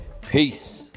Peace